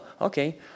okay